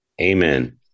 Amen